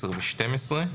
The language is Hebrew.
(10) ו-(12).